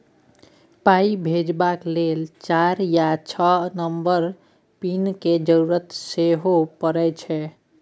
पाइ भेजबाक लेल चारि या छअ नंबरक पिन केर जरुरत सेहो परय छै